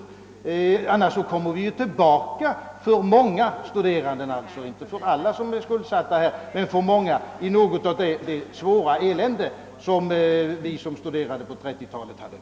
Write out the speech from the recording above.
I annat fall kommer många studerande — givetvis inte alla — att hamna i något av samma svåra elände som vi hamnade i som studerade på 1930-talet.